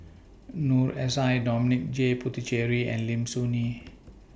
Noor S I Dominic J Puthucheary and Lim Soo Ngee